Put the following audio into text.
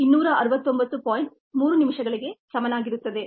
3 ನಿಮಿಷಗಳಿಗೆ ಸಮನಾಗಿರುತ್ತದೆ